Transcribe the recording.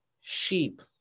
sheep